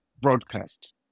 broadcast